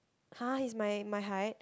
!huh! he's my my height